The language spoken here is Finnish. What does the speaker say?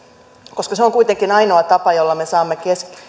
koska se on on kuitenkin ainoa tapa jolla me saamme